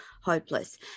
hopeless